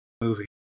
movie